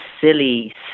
silly